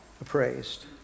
appraised